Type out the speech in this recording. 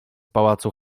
pałacu